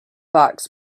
box